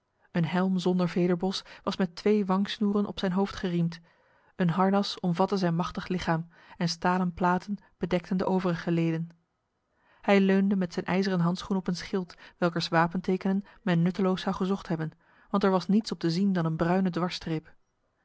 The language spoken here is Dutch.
een helm zonder vederbos was met twee wangsnoeren op zijn hoofd geriemd een harnas omvatte zijn machtig lichaam en stalen platen bedekten de overige leden hij leunde met zijn ijzeren handschoen op een schild welkers wapentekenen men nutteloos zou gezocht hebben want er was niets op te zien dan een bruine dwarse streep